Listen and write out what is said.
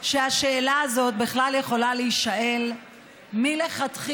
שהשאלה הזאת בכלל יכולה להישאל מלכתחילה,